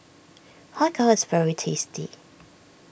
Har Kow is very tasty